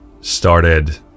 started